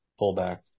pullback